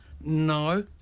No